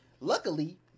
Luckily